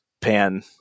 pan